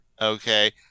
Okay